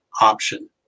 option